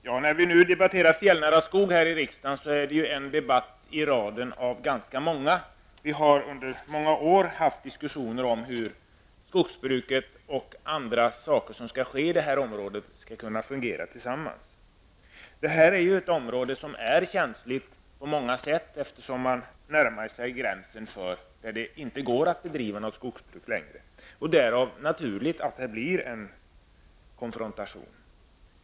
Herr talman! Den här debatten i riksdagen om fjällnära skogar är en debatt i raden av ganska många. Vi har under många år haft diskussioner om hur skogsbruket och andra saker som skall ske på detta område skall fungera tillsammans. Det här området är känsligt på många sätt, eftersom man närmar sig gränsen där det inte går att bedriva något skogsbruk längre. Därför är det naturligt att det blir en konfrontation.